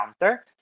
counter